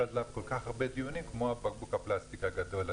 עליו כל כך הרבה דיונים כמו בקבוק הפלסטיק הגדול.